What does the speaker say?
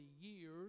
years